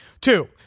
Two